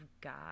God